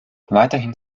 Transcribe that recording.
weiterhin